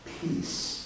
peace